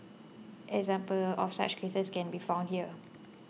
examples of such cases can be found here